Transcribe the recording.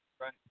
Right